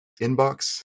inbox